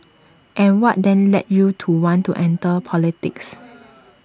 and what then led you to want to enter politics